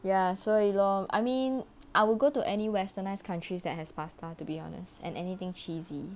ya so a lot of I mean I will go to any westernized countries that has pasta to be honest and anything cheesy